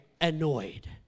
annoyed